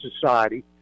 society